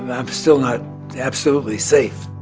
and i'm still not absolutely safe